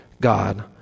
God